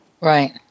Right